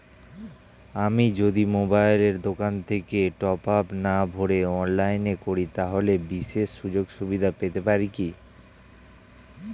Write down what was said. আমি যদি মোবাইলের দোকান থেকে টপআপ না ভরে অনলাইনে করি তাহলে বিশেষ সুযোগসুবিধা পেতে পারি কি?